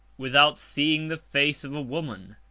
without seeing the face of a woman,